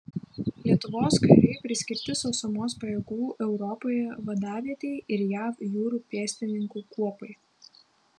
lietuvos kariai priskirti sausumos pajėgų europoje vadavietei ir jav jūrų pėstininkų kuopai